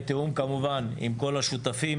בתיאום כמובן עם כל השותפים.